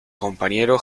compañero